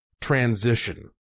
transition